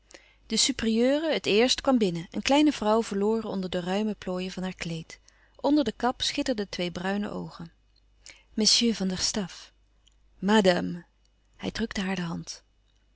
de supérieure het eerst kwam binnen een kleine vrouw verloren onder de ruime plooien van haar kleed onder de kap schitterden twee bruine oogen monsieur van der staff madame hij drukte haar de hand